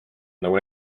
nagu